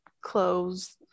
clothes